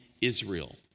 Israel